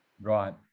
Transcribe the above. Right